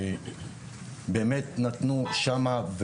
שבאמת נתנו שם,